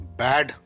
bad